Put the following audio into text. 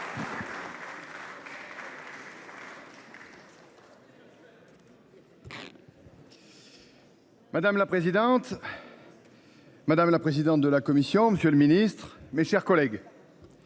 Madame la présidente. Madame la présidente de la Commission. Monsieur le Ministre, mes chers collègues.